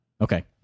Okay